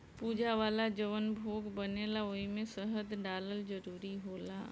पूजा वाला जवन भोग बनेला ओइमे शहद डालल जरूरी होला